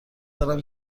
دارم